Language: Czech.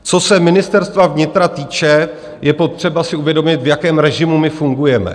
Co se Ministerstva vnitra týče, je potřeba si uvědomit, v jakém režimu my fungujeme.